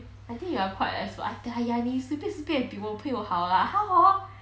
I think you're quite expert !aiya! 你随便随便也比我朋友好 lah 他 hor